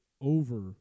over